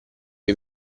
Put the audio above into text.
che